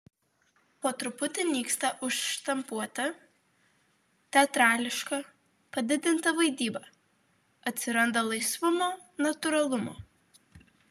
po truputį nyksta užštampuota teatrališka padidinta vaidyba atsiranda laisvumo natūralumo